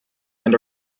and